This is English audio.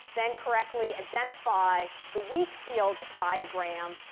then correctly identify the weak field diagram,